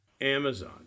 Amazon